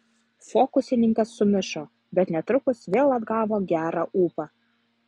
fokusininkas sumišo bet netrukus vėl atgavo gerą ūpą